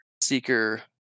Seeker